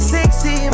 Sexy